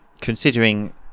considering